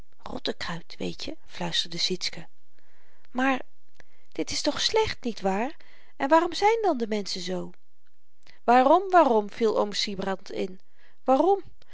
rottekruid weetje fluisterde sietske maar dit is toch slecht niet waar en waarom zyn dan de menschen zoo waarom waarom viel oom sybrand in waarom